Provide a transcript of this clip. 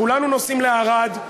כולנו נוסעים לערד,